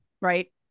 right